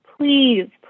please